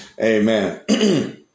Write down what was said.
Amen